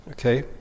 Okay